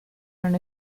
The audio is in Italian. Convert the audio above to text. non